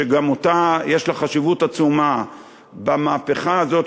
שגם לה יש חשיבות עצומה במהפכה הזו,